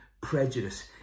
prejudice